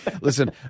Listen